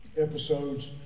episodes